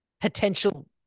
potential